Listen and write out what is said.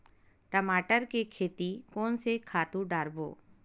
टमाटर के खेती कोन से खातु डारबो?